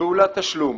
פעולת תשלום